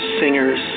singers